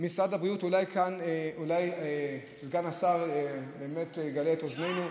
אולי סגן השר באמת יגלה את אוזנינו.